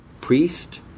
priest